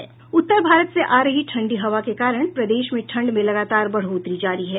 उत्तर भारत से आ रही ठंडी हवा के कारण प्रदेश में ठंड में लगातार बढ़ोत्तरी जारी है